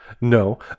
No